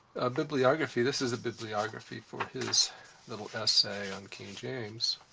bibliography. this is a bibliography for his little essay on king james.